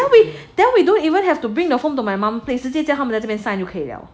then we then we don't even have to bring the form to my mom place 直接叫他们 sign 就好了